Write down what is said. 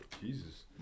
Jesus